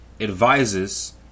advises